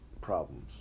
problems